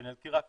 שאני אזכיר רק